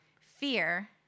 Fear